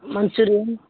Manchurian